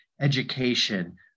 education